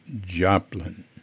Joplin